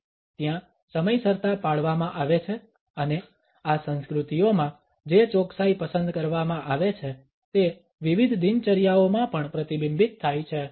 ત્યાં સમયસરતા પાળવામાં આવે છે અને આ સંસ્કૃતિઓમાં જે ચોકસાઈ પસંદ કરવામાં આવે છે તે વિવિધ દિનચર્યાઓમાં પણ પ્રતિબિંબિત થાય છે